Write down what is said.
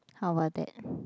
how about that